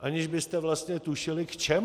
aniž byste vlastně tušili k čemu.